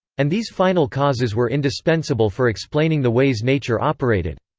and these final causes were indispensable for explaining the ways nature operated.